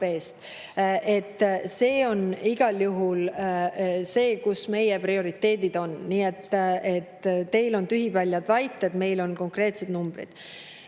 See on igal juhul see, kus meie prioriteedid on. Nii et teil on tühipaljad väited, meil on konkreetsed numbrid.